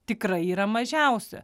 tikrai yra mažiausia